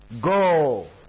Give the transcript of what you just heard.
go